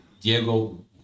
Diego